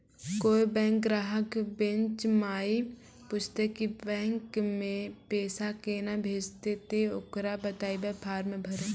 कोय बैंक ग्राहक बेंच माई पुछते की बैंक मे पेसा केना भेजेते ते ओकरा बताइबै फॉर्म भरो